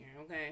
okay